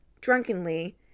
drunkenly